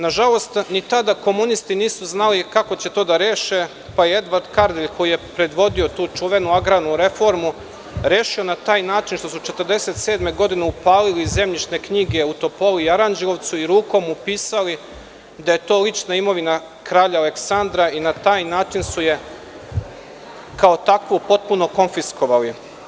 Nažalost, ni tada komunisti nisu znali kako će to da reše, pa je Edvard Kardelj, koji je predvodio tu čuvenu agrarnu reformu, rešio na taj način što su 1947. godine upalili zemljišne knjige u Topoli i Aranđelovcu i rukom upisali da je to lična imovina Kralja Aleksandra i na taj način su je kao takvu potpuno konfiskovali.